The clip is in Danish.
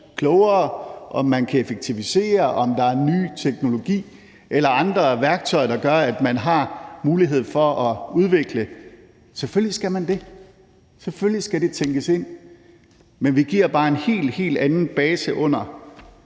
om man kan effektivisere, og om der er ny teknologi eller andre værktøjer, der gør, at man har mulighed for at udvikle? Nej, for selvfølgelig skal man det. Selvfølgelig skal det tænkes ind. Men vi giver bare en helt, helt anden base under